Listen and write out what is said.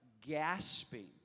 gasping